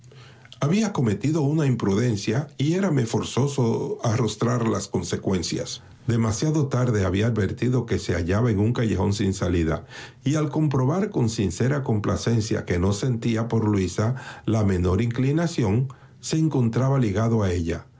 había cometido una imprudencia y éram forzoso arrostrar las consecuencias demasiado tarde había advertido que se halla en un callejón sin salida y al comprobar con sincera complacencia que no sentía por luisa ia menor inclinación se encontraba ligado a ella